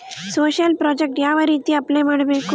Social project ಯಾವ ರೇತಿ apply ಮಾಡಬೇಕು?